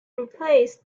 replaced